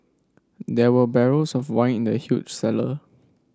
there were barrels of wine in the huge cellar